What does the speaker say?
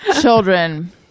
Children